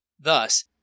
Thus